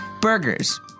Burgers